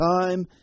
time